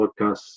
podcasts